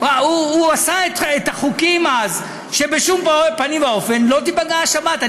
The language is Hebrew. הוא עשה את החוקים אז שבשום פנים ואופן לא תיפגע השבת.